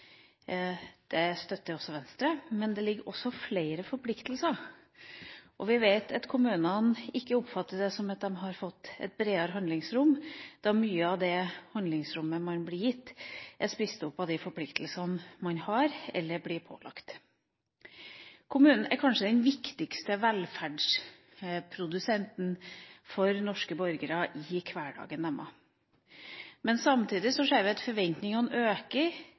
Det støtter også Venstre. Men det ligger også flere forpliktelser der. Vi vet at kommunene ikke oppfatter det som at de har fått et bredere handlingsrom, da mye av det handlingsrommet, er spist opp av de forpliktelsene som de har, eller blir pålagt. Kommunen er kanskje den viktigste velferdsprodusenten for norske borgere i hverdagen. Samtidig ser vi at forventningene øker